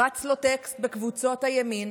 רץ לו טקסט בקבוצות הימין